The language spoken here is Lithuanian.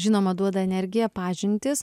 žinoma duoda energiją pažintys